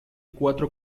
cuatro